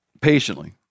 Patiently